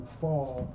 fall